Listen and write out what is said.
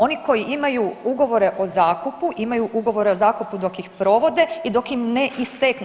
Oni koji imaju ugovore o zakupu imaju ugovore o zakupu dok ih provode i dok im ne isteknu.